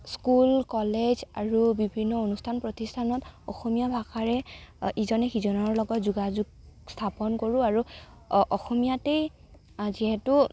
school college আৰু বিভিন্ন অনুষ্ঠান প্ৰতিষ্ঠানত অসমীয়া ভাষাৰে ইজনে সিজনৰ লগত যোগাযোগ স্থাপন কৰোঁ আৰু অসমীয়াতেই যিহেতু